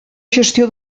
gestió